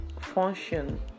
function